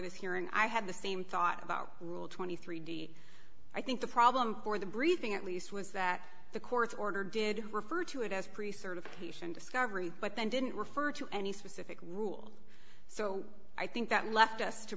this here and i had the same thought about rule twenty three d i think the problem for the briefing at least was that the court's order did refer to it as pre certified patient discovery but then didn't refer to any specific rule so i think that left us to